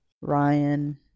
Ryan